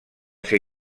ser